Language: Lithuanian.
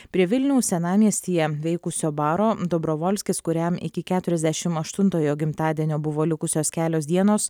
prie vilniaus senamiestyje veikusio baro dobrovolskis kuriam iki keturiasdešimt aštuntojo gimtadienio buvo likusios kelios dienos